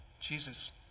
Jesus